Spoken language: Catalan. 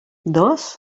dos